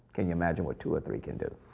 can you imagine what two or three can do?